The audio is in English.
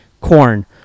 corn